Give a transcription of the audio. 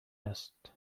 است